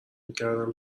میکردم